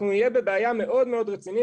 אנחנו נהיה בבעיה מאוד רצינית.